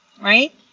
right